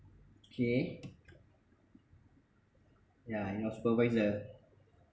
okay yeah your supervisor